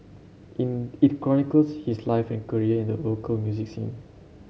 in it chronicles his life and career in the local music scene